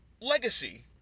Legacy